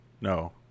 No